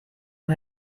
nur